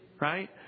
Right